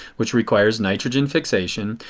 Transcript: which requires nitrogen fixation.